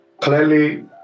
clearly